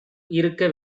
இருக்க